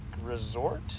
Resort